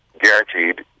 guaranteed